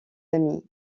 amis